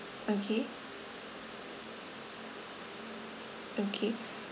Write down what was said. okay okay